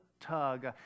Tug